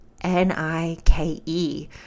N-I-K-E